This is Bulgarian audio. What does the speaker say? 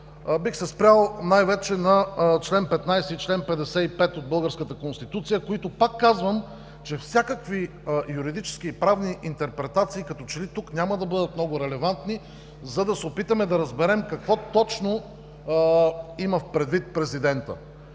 Бих се спрял най-вече на чл. 15 и чл. 55 от българската Конституция, които, пак казвам, че всякакви юридически и правни интерпретации като че ли тук няма да бъдат много релевантни, за да се опитаме да разберем какво точно има предвид президента.